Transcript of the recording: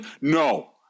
no